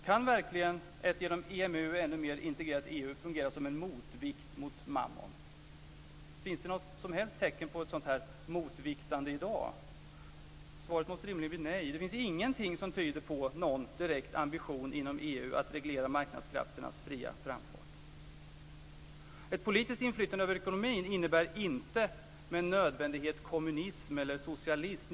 Kan verkligen ett genom EMU ännu mer integrerat EU fungera som en motvikt till mammon? Finns det något som helst tecken på ett sådant motviktande i dag? Svaret måste rimligen bli nej. Det finns ingenting som tyder på någon direkt ambition inom EU att reglera marknadskrafternas fria framfart. Ett politiskt inflytande över ekonomin innebär inte med nödvändighet kommunism eller socialism.